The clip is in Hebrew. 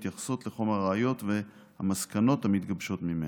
שכן השאלות מתייחסות לחומר הראיות והמסקנות המתגבשות ממנו.